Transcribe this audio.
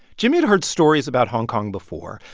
jimmy had heard stories about hong kong before.